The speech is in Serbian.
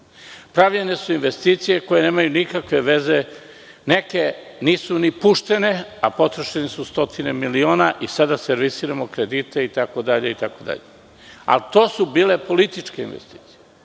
Pravljene su investicije koje nemaju nikakve veze. Neke nisu ni puštene, a potrošeno je stotine miliona i sada servisiramo kredite, itd. Ali, to su bile političke investicije,